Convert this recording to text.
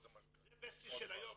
זה וסטי של היום,